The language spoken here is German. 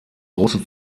große